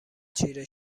چیره